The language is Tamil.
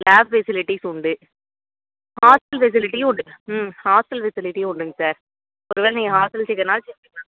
லேப் ஃபெசிலிட்டீஸ் உண்டு ஹாஸ்ட்டல் ஃபெசிலிட்டியும் உண்டு ம் ஹாஸ்ட்டல் ஃபெசிலிட்டியும் உண்டுங்க சார் ஒருவேளை நீங்கள் ஹாஸ்ட்டல் சேர்க்கறதுனாலும் சேர்த்துக்கலாம்